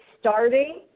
starting